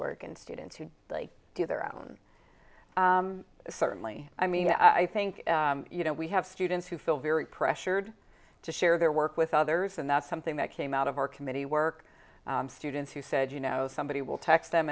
work and students who do their own certainly i mean i think you know we have students who feel very pressured to share their work with others and that's something that came out of our committee work students who said you know somebody will text them